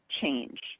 change